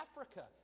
Africa